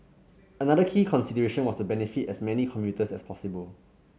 another key consideration was to benefit as many commuters as possible